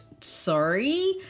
Sorry